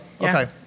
Okay